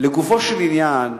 לגופו של עניין,